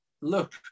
look